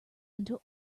until